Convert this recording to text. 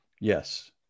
Yes